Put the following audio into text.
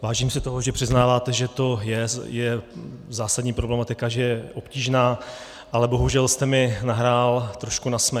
Vážím si toho, že přiznáváte, že to je zásadní problematika, že je obtížná, ale bohužel jste mi nahrál trošku na smeč.